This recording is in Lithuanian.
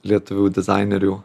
lietuvių dizainerių